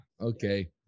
okay